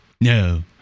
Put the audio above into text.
no